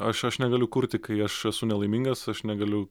aš aš negaliu kurti kai aš esu nelaimingas aš negaliu